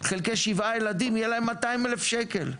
חלקי שבעה ילדים יהיה להם 200,000 שקל.